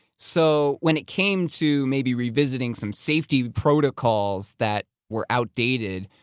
so when it came to maybe revisiting some safety protocols that were outdated,